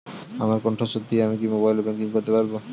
আমার কন্ঠস্বর দিয়ে কি আমি মোবাইলে ব্যাংকিং করতে পারবো?